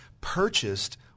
purchased –